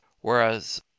whereas